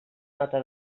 nota